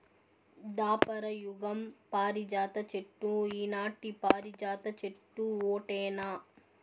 దాపర యుగం పారిజాత చెట్టు ఈనాటి పారిజాత చెట్టు ఓటేనా